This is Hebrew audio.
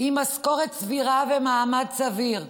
עם משכורת סבירה ומעמד סביר,